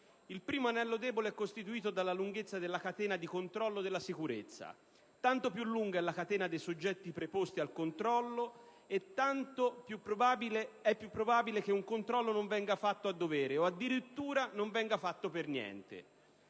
Il primo anello debole è costituito dalla lunghezza della catena di controllo della sicurezza: tanto più lunga è la catena dei soggetti preposti al controllo e tanto è più probabile che un controllo non venga effettuato a dovere o addirittura non venga fatto per niente.